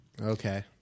Okay